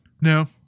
No